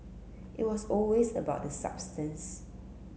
it was always about the substance